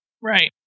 Right